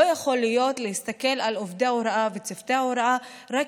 לא יכול להיות שנסתכל על עובדי ההוראה וצוותי ההוראה רק